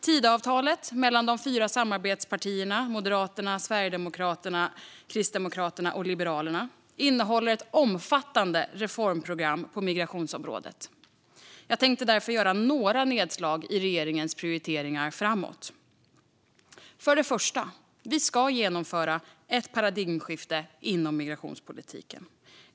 Tidöavtalet mellan de fyra samarbetspartierna Moderaterna, Sverigedemokraterna, Kristdemokraterna och Liberalerna innehåller ett omfattande reformprogram på migrationsområdet. Jag tänker därför göra några nedslag i regeringens prioriteringar framåt. För det första: Vi ska genomföra ett paradigmskifte inom migrationspolitiken.